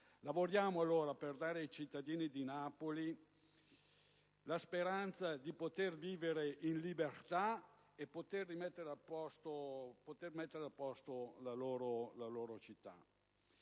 Lavoriamo per dare ai cittadini di Napoli la speranza di poter vivere in libertà e di poter rimettere a posto la loro città.